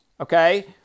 okay